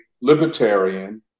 libertarian